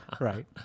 right